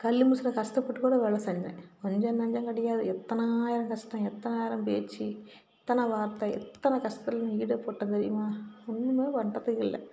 கல் மிஷினில் கஷ்டப்பட்டுக்கூட வேலை செஞ்சேன் கொஞ்சம் நஞ்சம் கிடையாது எத்தனாயிரம் கஷ்டம் எத்தனாயிரம் பேச்சு எத்தனை வார்த்தை எத்தனை கஷ்டத்துலையும் நான் ஈடுபட்டேன் தெரியுமா ஒன்றுமே பண்றதுக்கில்லை